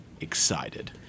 excited